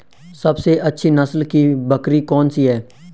सबसे अच्छी नस्ल की बकरी कौन सी है?